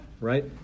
right